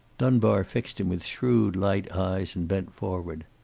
dunbar fixed him with shrewd, light eyes, and bent forward.